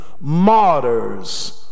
martyrs